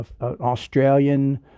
Australian